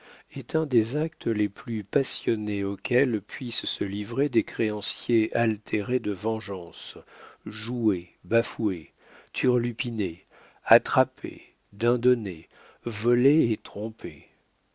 est un des actes les plus passionnés auxquels puissent se livrer des créanciers altérés de vengeance joués bafoués turlupinés attrapés dindonnés volés et